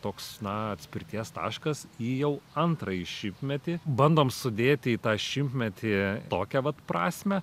toks na atspirties taškas į jau antrąjį šimtmetį bandom sudėti į tą šimtmetį tokią vat prasmę